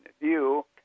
view